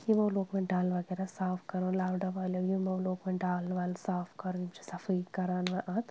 یِمو لوگ وۄنۍ ڈَل وغیرہ صاف کَرُن لاوڈا والیو یِمو لوگ وۄنۍ ڈَل وَل صاف کَرُن یِم چھِ صفٲیی کر وۄنۍ اَتھ